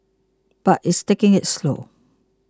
but it's taking it slow